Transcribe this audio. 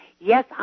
Yes